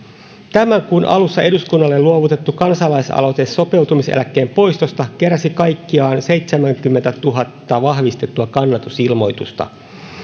tämän kuun alussa eduskunnalle luovutettu kansalaisaloite sopeutumiseläkkeen poistosta keräsi kaikkiaan seitsemänkymmentätuhatta vahvistettua kannatusilmoitusta